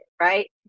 Right